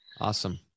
Awesome